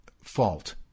fault